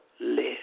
live